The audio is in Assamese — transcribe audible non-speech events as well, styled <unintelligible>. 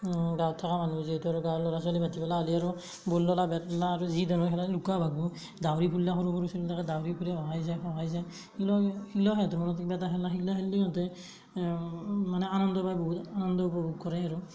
গাঁৱত থকা মানুহ যিহেতু আৰু গাঁৱৰ ল'ৰা ছোৱালী ভাটিবেলা হ'লেই আৰু বল ল'লা বেট ল'লা আৰু যি ধৰণৰ খেলা আৰু লুকা ভাকু দাউৰি ফুৰলা সৰু সৰু চলিবিলাকে দাউৰি ফুৰে অহাই যায় সহায় যাই <unintelligible> মানে আনন্দ পায় বহুত আনন্দ উপভোগ কৰে আৰু